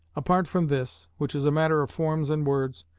apart from this, which is a matter of forms and words,